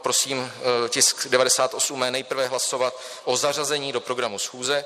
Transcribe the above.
Prosím tisk 98 nejprve hlasovat o zařazení do programu schůze.